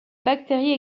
bactérie